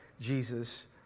Jesus